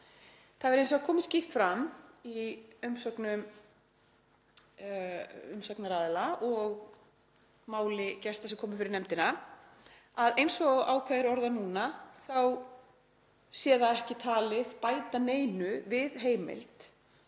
Það hefur hins vegar komið skýrt fram í umsögnum umsagnaraðila og máli gesta sem komu fyrir nefndina að eins og ákvæðið er orðað núna þá sé það ekki talið bæta neinu við heimild